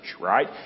right